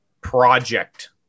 project